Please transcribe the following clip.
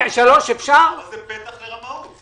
כל שנה פה יש לזה משמעות קריטית.